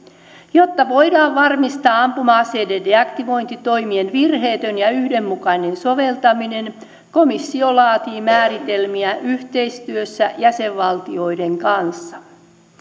jotta voidaan varmistaa ampuma aseiden deaktivointitoimien virheetön ja yhdenmukainen soveltaminen komissio laatii määritelmiä yhteistyössä jäsenvaltioiden kanssa